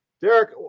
Derek